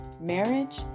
marriage